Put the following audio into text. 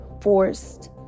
forced